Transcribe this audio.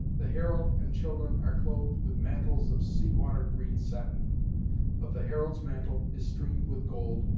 the herald and children are clothed with mantles of sea-water green satin but the herald's mantle is streamed with gold,